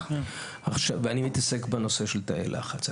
אני מתעסק בנושא של תאי לחץ.